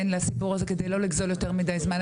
לסיפור הזה כדי לא לגזול יותר מידי זמן.